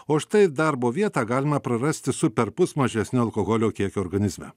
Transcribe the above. o štai darbo vietą galima prarasti su perpus mažesniu alkoholio kiekiu organizme